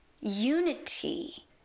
unity